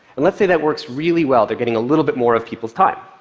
and let's say that works really well. they're getting a little bit more of people's time.